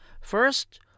First